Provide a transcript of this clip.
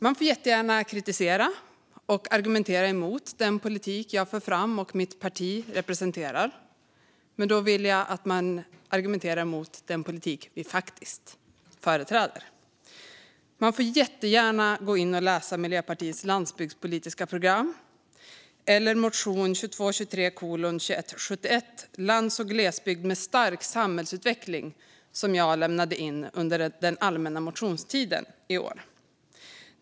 Man får jättegärna kritisera och argumentera mot den politik jag för fram och mitt parti representerar, men då vill jag att man argumenterar mot den politik vi faktiskt företräder. Man får jättegärna läsa Miljöpartiets landsbygdspolitiska program eller motion 2022/23:2171 Lands och glesbygd med stark samhällsutveckling som jag lämnade in under allmänna motionstiden i år.